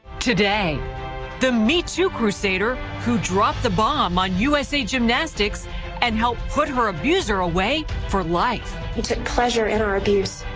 today the me too crusader who dropped the bomb on u s a. gymnastics and helped put her abuser away for life. he took pleasure in our abuse.